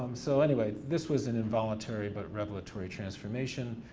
um so anyway, this was an involuntary but revelatory transformation,